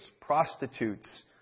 prostitutes